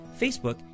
Facebook